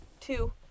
two